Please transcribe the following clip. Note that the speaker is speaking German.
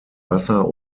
wasser